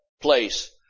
place